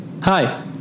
hi